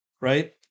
right